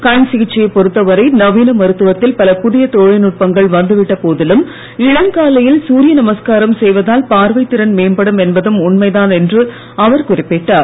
கண் கிசிச்சையைப் பொறுத்த வரை நவீன மருத்துவத்தில் பல புதிய தொழில்நுட்பங்கள் வந்துவிட்ட போதிலும் இளங்காலையில் சூரிய நமஸ்காரம் செய்வதால் பார்வைத்திறன் மேம்படும் என்பதும் உண்மைதான் என்று அவர் குறிப்பிட்டார்